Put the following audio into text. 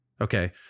Okay